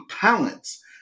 talents